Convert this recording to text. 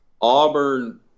Auburn